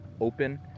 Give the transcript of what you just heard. open